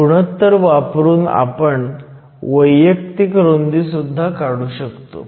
गुणोत्तर वापरून आपण वैयक्तिक रुंदी सुद्धा काढू शकतो